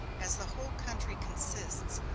as the whole country consists,